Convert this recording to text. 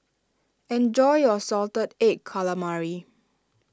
enjoy your Salted Egg Calamari